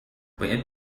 باید